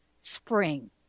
spring